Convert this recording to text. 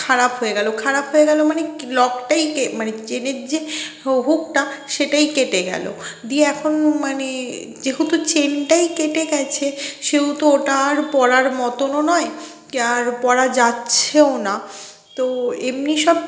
খারাপ হয়ে গেল খারাপ হয়ে গেল মানে লকটাই মানে চেনের যে হুকটা সেটাই কেটে গেল দিয়ে এখন মানে যেহেতু চেনটাই কেটে গেছে সেহেতু ওটা আর পরার মতনও নয় আর পরা যাচ্ছেও না তো এমনি সব